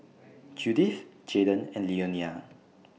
Judyth Jaydon and Leonia